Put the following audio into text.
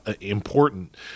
important